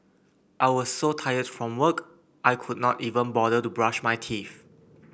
I was so tired from work I could not even bother to brush my teeth